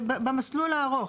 במסלול הארוך,